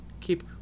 keep